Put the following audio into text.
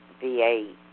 VA